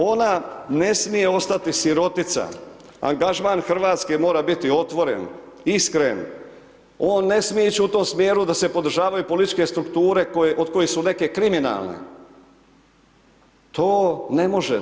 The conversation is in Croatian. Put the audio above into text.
Ona ne smije ostati sirotica, angažman Hrvatske mora biti otvoren, iskren, on ne smije ići u tom smjeru da se podržavaju političke strukture koje, od kojih su neke kriminalne, to ne može.